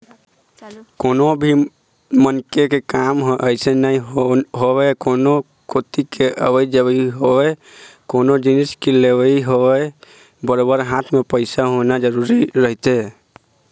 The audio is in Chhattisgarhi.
कोनो भी मनखे के काम ह अइसने नइ होवय कोनो कोती के अवई जवई होवय कोनो जिनिस के लेवई होवय बरोबर हाथ म पइसा होना जरुरी रहिथे